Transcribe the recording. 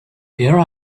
here